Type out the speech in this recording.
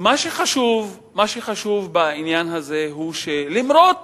מה שחשוב בעניין הזה הוא שלמרות